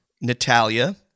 Natalia